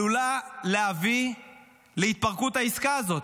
עלולות להביא להתפרקות העסקה הזאת.